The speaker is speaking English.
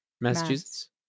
Massachusetts